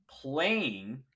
playing